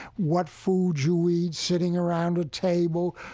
what foods you eat sitting around a table,